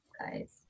guys